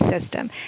system